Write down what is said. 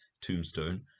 tombstone